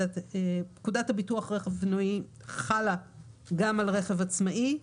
פקודת ביטוח רכב מנועי חלה גם על רכב עצמאי.